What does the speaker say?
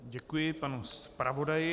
Děkuji panu zpravodaji.